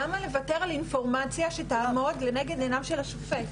למה לוותר על אינפורמציה שתעמוד לנגד עיניו של השופט?